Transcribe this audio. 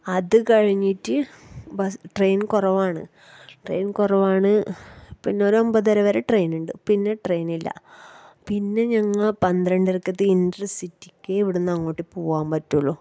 അത് കഴിഞ്ഞിട്ട് bus train കുറവാണ് ട്രെയിൻ കുറവാണ് പിന്നെ ഒരൊമ്പതര വരെ ട്രെയിന് ഉണ്ട് പിന്നെ ട്രെയിനില്ല പിന്നെ ഞങ്ങൾ പന്ത്രണ്ടരക്കത്തെ ഇൻറ്റർസിറ്റിക്ക് ഇവിടുന്നങ്ങോട്ട് പോകാൻ പറ്റുകയുള്ളു